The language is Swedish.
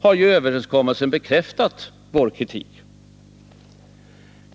har ju överenskommelsen bekräftat vår kritik.